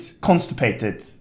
constipated